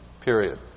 Period